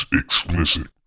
explicit